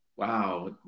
wow